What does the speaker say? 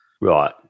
Right